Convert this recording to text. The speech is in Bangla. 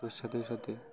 তোর সাথে সাথে